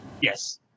Yes